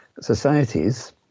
societies